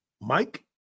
Mike